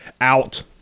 out